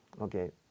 okay